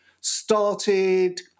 started